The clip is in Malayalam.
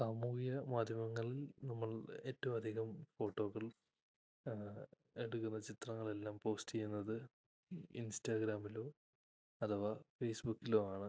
സാമൂഹിക മാധ്യമങ്ങളിൽ നമ്മൾ ഏറ്റവും അധികം ഫോട്ടോകൾ എടുക്കുന്ന ചിത്രങ്ങളെല്ലാം പോസ്റ്റ് ചെയ്യുന്നത് ഇൻസ്റ്റാഗ്രാമിലോ അഥവാ ഫേസ്ബുക്കിലോ ആണ്